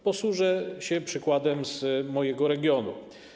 Posłużę się przykładem z mojego regionu.